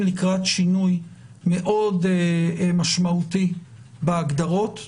לקראת שינוי מאוד משמעותי בהגדרות.